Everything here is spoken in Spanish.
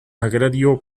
agrario